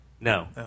No